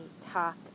talk